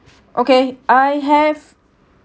okay I have